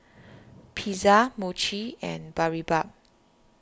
Pizza Mochi and Boribap